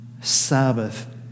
Sabbath